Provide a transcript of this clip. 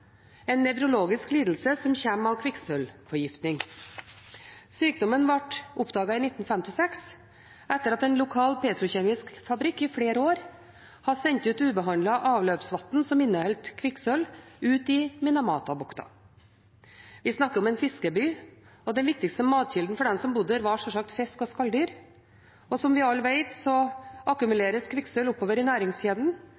en sykdom, en nevrologisk lidelse som kommer av kvikksølvforgiftning. Sykdommen ble oppdaget i 1956, etter at en lokal petrokjemisk fabrikk i flere år hadde sendt ubehandlet avløpsvann som inneholdt kvikksølv, ut i Minamata-bukta. Vi snakker om en fiskerby, og den viktigste matkilden for dem som bodde der, var sjølsagt fisk og skalldyr, og som vi